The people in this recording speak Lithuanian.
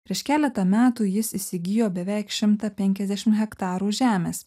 prieš keletą metų jis įsigijo beveik šimtą penkiasdešimt hektarų žemės